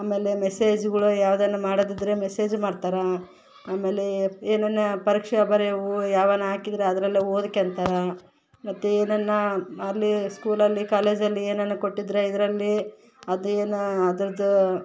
ಆಮೇಲೆ ಮೆಸೇಜ್ಗಳು ಯಾವುದಾನ ಮಾಡದಿದ್ರೆ ಮೆಸೇಜ್ ಮಾಡ್ತಾರೆ ಆಮೇಲೆ ಏನಾನ ಪರೀಕ್ಷೆ ಬರೆಯಾವು ಯಾವಾನ ಹಾಕಿದರೆ ಅದರಲ್ಲೇ ಓದಿಕೊಂತಾರೆ ಮತ್ತು ಏನಾನ ಅಲ್ಲಿ ಸ್ಕೂಲಲ್ಲಿ ಕಾಲೇಜಲ್ಲಿ ಏನಾನ ಕೊಟ್ಟಿದ್ರೆ ಇದರಲ್ಲಿ ಅದೇನ ಅದ್ರದು